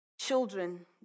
children